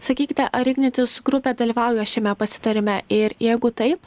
sakykite ar ignitis grupė dalyvauja šiame pasitarime ir jeigu taip